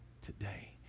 today